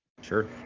Sure